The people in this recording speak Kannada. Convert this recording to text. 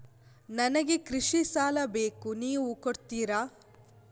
ನನಗೆ ಕೃಷಿ ಸಾಲ ಬೇಕು ನೀವು ಕೊಡ್ತೀರಾ?